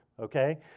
Okay